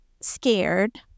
scared